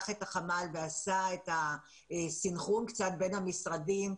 את החמ"ל ועשה את הסנכרון בין המשרדים,